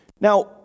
Now